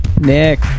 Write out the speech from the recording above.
Nick